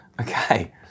Okay